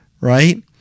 right